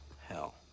hell